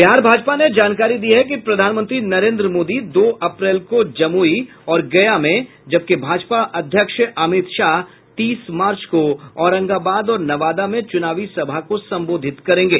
बिहार भाजपा ने जानकारी दी है कि प्रधानमंत्री नरेन्द्र मोदी दो अप्रैल को जमूई और गया में जबकि भाजपा अध्यक्ष अमित शाह तीस मार्च को औरंगाबाद और नवादा में चुनावी सभा को संबोधित करेंगे